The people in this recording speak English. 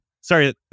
sorry